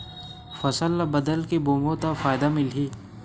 फसल ल बदल के बोबो त फ़ायदा मिलही?